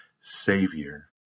savior